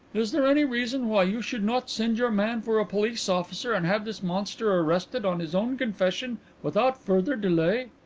is there any reason why you should not send your man for a police officer and have this monster arrested on his own confession without further delay?